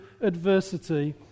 adversity